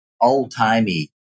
old-timey